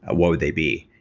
ah what would they be?